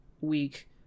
week